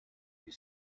you